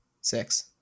Six